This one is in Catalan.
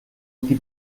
qui